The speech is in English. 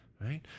right